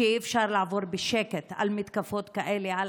שאי-אפשר לעבור בשקט על מתקפות כאלה על